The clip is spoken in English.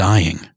Dying